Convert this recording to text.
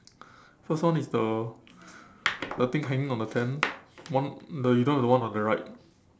first one is the the thing hanging on the tent one the you don't have the one on the right